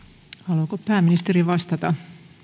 haluaako pääministeri vastata